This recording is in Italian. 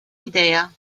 idea